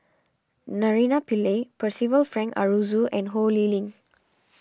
Naraina Pillai Percival Frank Aroozoo and Ho Lee Ling